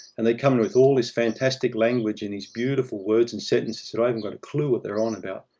and they come with all this fantastic language and these beautiful words and sentences that i haven't got a clue what they're on about.